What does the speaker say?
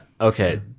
okay